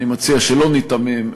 אני מציע שלא ניתמם,